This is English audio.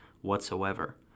whatsoever